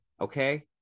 okay